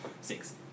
Six